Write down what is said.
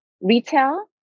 retail